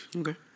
Okay